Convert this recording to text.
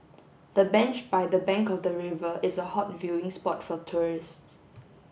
the bench by the bank of the river is a hot viewing spot for tourists